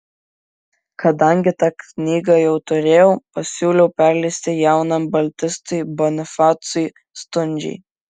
kadangi tą knygą jau turėjau pasiūliau perleisti jaunam baltistui bonifacui stundžiai